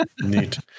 Neat